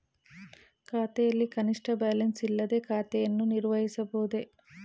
ಖಾತೆಯಲ್ಲಿ ಕನಿಷ್ಠ ಬ್ಯಾಲೆನ್ಸ್ ಇಲ್ಲದೆ ಖಾತೆಯನ್ನು ನಿರ್ವಹಿಸಬಹುದೇ?